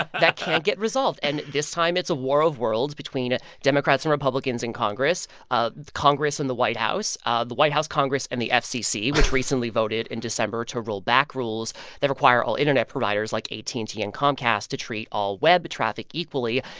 that can't get resolved. and this time, it's a war of worlds between democrats and republicans in congress ah congress and the white house ah the white house, congress and the fcc, which recently voted in december to roll back rules that require all internet providers, like at and t and comcast to treat all web traffic equally.